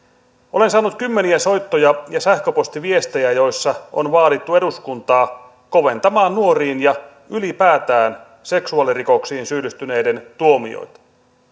olen saanut kymmeniä soittoja ja sähköpostiviestejä joissa on vaadittu eduskuntaa koventamaan nuoriin kohdistuneisiin seksuaalirikoksiin ja ylipäätään seksuaalirikoksiin syyllistyneiden tuomioita